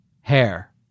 hair